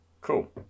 Cool